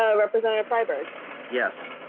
ah representative fiber yes.